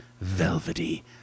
velvety